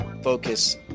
focus